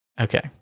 Okay